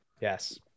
Yes